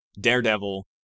Daredevil